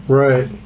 right